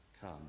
Come